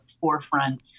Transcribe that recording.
forefront